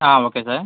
okay sir